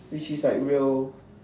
which is like real